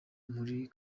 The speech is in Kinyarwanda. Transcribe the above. muri